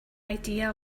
idea